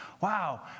wow